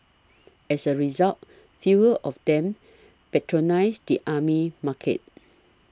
as a result fewer of them patronise the army market